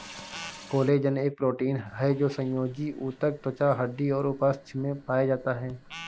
collagen एक protein है जो संयोजी ऊतक, त्वचा, हड्डी और उपास्थि में पाया जाता है